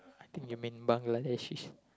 I thought you mean Bangladeshi